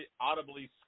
audibly